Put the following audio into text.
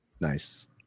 nice